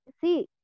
see